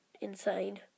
insane